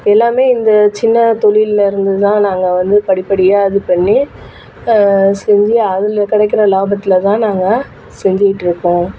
எல்லாமே இந்த சின்னத் தொழிலில் இருந்து தான் நாங்கள் வந்து படிப்படியாக இது பண்ணி செஞ்சு அதில் கிடைக்கிற லாபத்தில் தான் நாங்கள் செஞ்சுயிட்ருக்கோம்